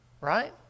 Right